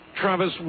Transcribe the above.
Travis